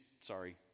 sorry